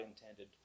intended